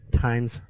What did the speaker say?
times